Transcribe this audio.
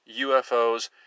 UFOs